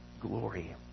glory